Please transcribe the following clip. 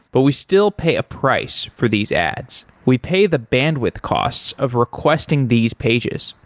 but we still pay a price for these ads. we pay the bandwidth costs of requesting these pages.